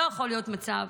לא יכול להיות מצב